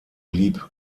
blieb